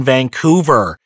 Vancouver